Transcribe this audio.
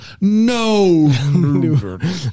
no